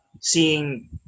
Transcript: seeing